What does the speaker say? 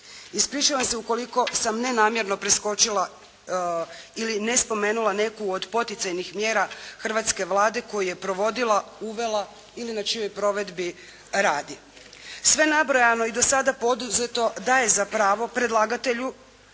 Ispričavam se ukoliko sam nenamjerno preskočila ili ne spomenula neku od poticajnih mjera hrvatske Vlade koju je provodila, uvela ili na čijoj provedbi radi. Sve nabrojano i do sada poduzeto daje za pravo predlagatelju